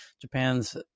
Japan's